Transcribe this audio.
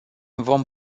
vom